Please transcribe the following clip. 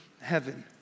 heaven